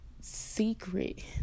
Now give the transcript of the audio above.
secret